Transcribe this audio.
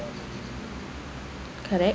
correct